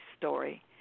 story